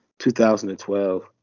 2012